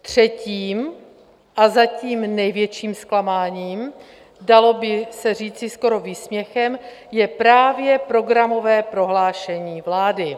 Třetím a zatím největším zklamáním, dalo by se říci skoro výsměchem, je právě programové prohlášení vlády.